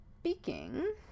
speaking